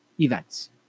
events